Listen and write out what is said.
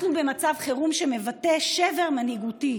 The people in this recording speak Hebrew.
אנחנו במצב חירום שמבטא שבר מנהיגותי,